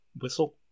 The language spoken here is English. whistle